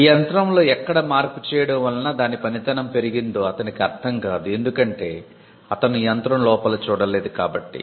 ఈ యంత్రం లో ఎక్కడ మార్పు చేయడం వలన దాని పనితనం పెరిగిందో అతనికి అర్ధం కాదు ఎందుకంటే అతను యంత్రం లోపల చూడలేదు కాబట్టి